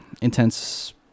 intense